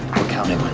we're counting